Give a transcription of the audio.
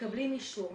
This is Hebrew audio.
מקבלים אישור,